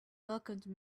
welcomed